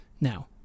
Now